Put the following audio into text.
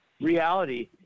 reality